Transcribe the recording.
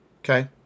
okay